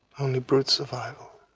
only brute survival.